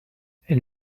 elle